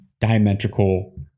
diametrical